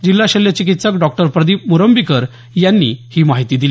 जिल्हा शल्य चिकित्सक डॉ प्रदीप मुरंबीकर यांनी ही माहिती दिली